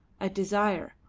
a desire,